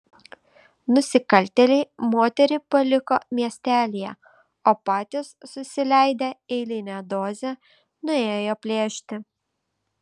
nusikaltėliai moterį paliko miestelyje o patys susileidę eilinę dozę nuėjo plėšti